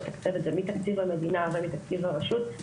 לתקצב את זה מתקציב המדינה ומתקציב הרשות.